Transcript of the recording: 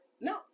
No